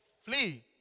flee